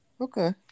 Okay